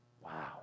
Wow